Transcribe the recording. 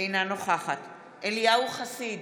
אינה נוכחת אליהו חסיד,